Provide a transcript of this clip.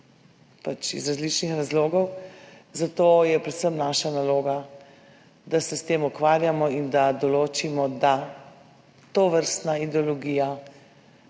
zaradi različnih razlogov, zato je predvsem naša naloga, da se s tem ukvarjamo in da določimo, da tovrstna ideologija